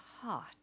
heart